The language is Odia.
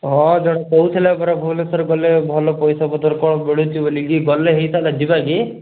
ହଁ ଜଣେ କହୁଥିଲା ପରା ଭୁବନେଶ୍ୱର ଗଲେ ଭଲ ପଇସାପତ୍ର କ'ଣ ମିଳୁଛି ବୋଲି କି ଗଲେ ହେଇଥାନ୍ତା ଯିବା କି